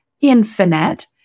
infinite